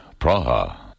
Praha